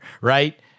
right